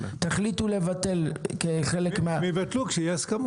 תחליטו לבטל כחלק מההסכמות --- הם יבטלו כשיהיו הסכמות.